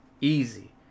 easy